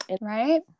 Right